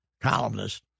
columnist